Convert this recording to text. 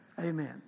Amen